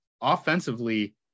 offensively